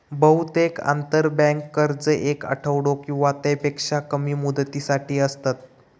बहुतेक आंतरबँक कर्ज येक आठवडो किंवा त्यापेक्षा कमी मुदतीसाठी असतत